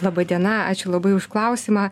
laba diena ačiū labai už klausimą